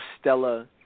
Stella